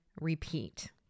repeat